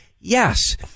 Yes